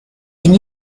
and